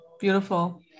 beautiful